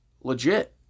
legit